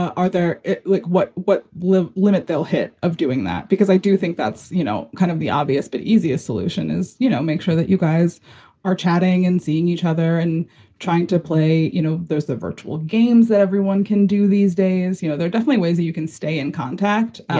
are there like what what will limit they'll hit. of doing that. because i do think that's, you know, kind of the obvious but easiest solution is, you know, make sure that you guys are chatting and seeing each other and trying to play. you know, there's the virtual games that everyone can do these days. you know, there are definitely ways that you can stay in contact. yeah.